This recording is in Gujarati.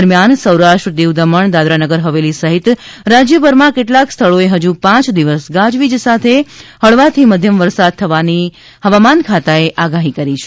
દરમિયાન સૌરાષ્ટ્ર દીવ દમણ દાદરાનગર હવેલી સહિત રાજ્યભરમાં કેટલાક સ્થળોએ ફજી પાંચ દિવસ ગાજવીજ સાથે હળવાથી મધ્યમ વરસાદ થવાની હવામાન ખાતાએ આગાહી કરી છે